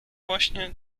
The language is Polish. właśnie